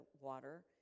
water